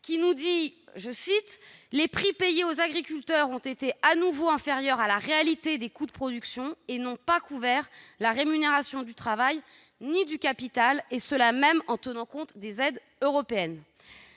lequel nous indique :« les prix payés aux agriculteurs ont été à nouveau inférieurs à la réalité des coûts de production et n'ont pas couvert la rémunération du travail ni du capital, et cela même en tenant compte des aides européennes ».